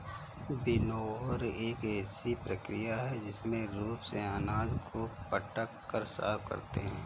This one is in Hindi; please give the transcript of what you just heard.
विनोवर एक ऐसी प्रक्रिया है जिसमें रूप से अनाज को पटक कर साफ करते हैं